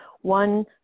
one